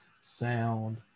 sound